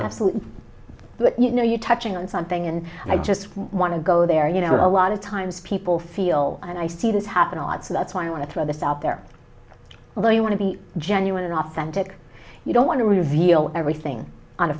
absolutely yes but you know you're touching on something and i just want to go there you know a lot of times people feel and i see this happen a lot so that's why i want to throw this out there well you want to be genuine and authentic you don't want to reveal everything on a